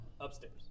upstairs